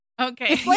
Okay